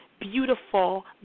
beautiful